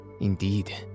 Indeed